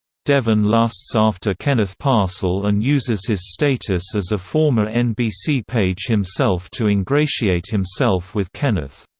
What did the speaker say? devon lusts after kenneth parcell and uses his status as a former nbc page himself to ingratiate himself with kenneth.